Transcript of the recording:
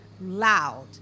loud